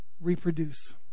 reproduce